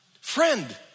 Friend